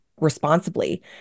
responsibly